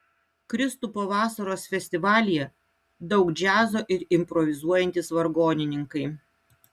kristupo vasaros festivalyje daug džiazo ir improvizuojantys vargonininkai